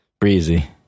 breezy